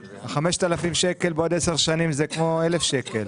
5,000 שקלים בעוד 10 שנים זה כמו 1,000 שקלים.